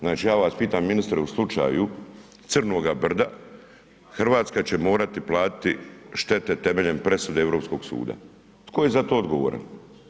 Znači ja vas pitam ministre u slučaju Crnoga brda Hrvatska će morati platiti štete temeljem presude Europskog suda, tko je za to odgovoran?